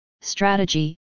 strategy